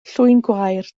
llwyngwair